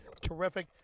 terrific